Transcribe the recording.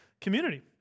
community